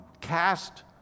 cast